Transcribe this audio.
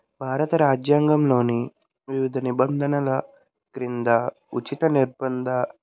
భారత రాజ్యాంగంలోని వివిధ నిబంధనల క్రింద ఉచిత నిర్బంద